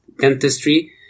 Dentistry